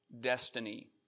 destiny